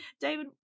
David